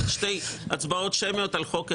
זה שתי הצבעות שמיות על חוק אחד.